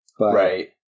Right